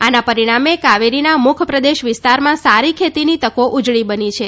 આના પરિણામે કાવેરીના મુખપ્રદેશ વિસ્તારમાં સારા ખેતીની તકો ઉજળી બની છે